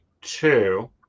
Two